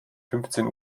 fünfzehn